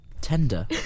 Tender